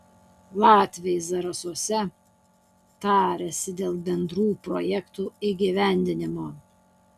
latviai zarasuose tarėsi dėl bendrų projektų įgyvendinimo